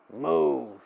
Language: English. Move